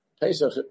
Pesach